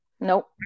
Nope